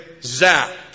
zap